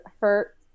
hurt